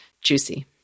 juicy